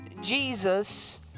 Jesus